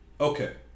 Okay